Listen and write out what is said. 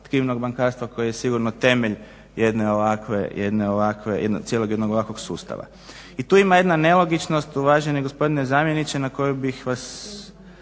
tkivnog bankarstva koji je sigurno temelj jedne ovakve, cijelog jednog ovakvog sustava. I tu ima jedna nelogičnost uvaženi gospodine zamjeniče na koju bih vas